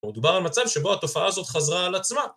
דובר על מצב שבו התופעה הזאת חזרה על עצמה.